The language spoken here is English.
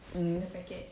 mmhmm